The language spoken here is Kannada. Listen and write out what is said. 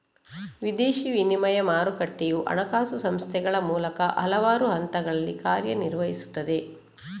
ವಿದೇಶಿ ವಿನಿಮಯ ಮಾರುಕಟ್ಟೆಯು ಹಣಕಾಸು ಸಂಸ್ಥೆಗಳ ಮೂಲಕ ಹಲವಾರು ಹಂತಗಳಲ್ಲಿ ಕಾರ್ಯ ನಿರ್ವಹಿಸುತ್ತದೆ